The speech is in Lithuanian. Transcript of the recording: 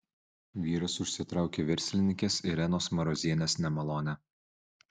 vyras užsitraukė verslininkės irenos marozienės nemalonę